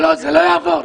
לא, זה לא יעבור.